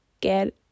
get